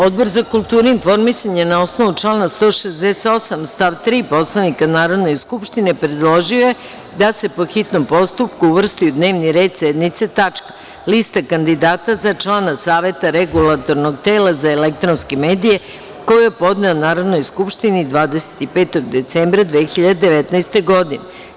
Odbor za kulturu i informisanje na osnovu člana 168. stav 3. Poslovnika Narodne skupštine predložio je, da se po hitnom postupku, uvrsti u dnevni red sednice tačka – Lista kandidata za člana Saveta regulatornog tela za elektronske medije, koju je podneo Narodnoj skupštini 25. decembra 2019. godine.